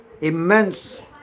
immense